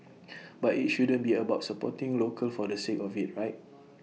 but IT shouldn't be about supporting local for the sake of IT right